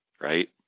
right